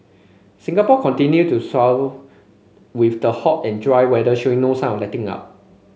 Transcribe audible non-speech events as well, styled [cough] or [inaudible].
Singapore continue to [unintelligible] with the hot and dry weather showing no sign letting up